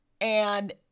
and-